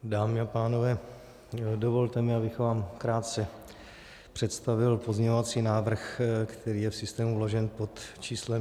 Dámy a pánové, dovolte mi, abych vám krátce představil pozměňovací návrh, který je v systému vložen pod číslem 6970.